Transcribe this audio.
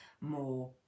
more